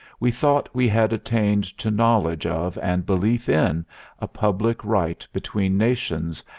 we thought we had attained to knowledge of and belief in a public right between nations,